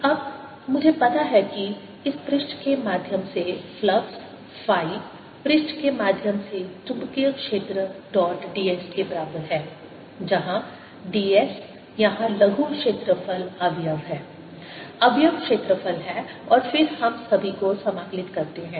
Energy stored12LI2 ϕLI W12ILI12Iϕ अब मुझे पता है कि इस पृष्ठ के माध्यम से फ्लक्स फाई पृष्ठ के माध्यम से चुंबकीय क्षेत्र डॉट d s के बराबर है जहां d s यहां लघु क्षेत्रफल अवयव है अवयव क्षेत्रफल है और फिर हम सभी को समाकलित करते हैं